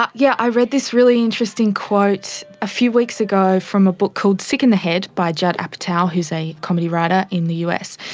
um yeah i read this really interesting quite a few weeks ago from a book called sick in the head by judd apatow who is a comedy writer in the us,